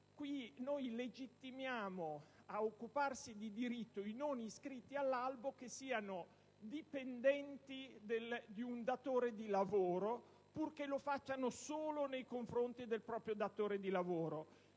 Qui noi legittimiamo ad occuparsi di diritto i non iscritti all'albo, che siano dipendenti di un datore di lavoro, purché lo facciano solo nei confronti di quest'ultimo.